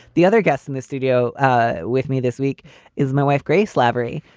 the other guests in the studio ah with me this week is my wife, grace labrie,